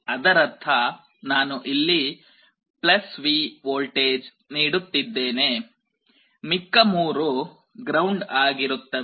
ಅದರರ್ಥ ನಾನು ಇಲ್ಲಿ V ವೋಲ್ಟೇಜ್ ನೀಡುತ್ತಿದ್ದೇನೆ ಮಿಕ್ಕ 3 ಗ್ರೌಂಡ್ ಆಗಿರುತ್ತವೆ